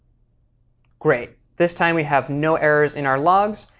great. this time we have no errors in our logs,